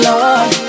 Lord